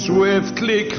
Swiftly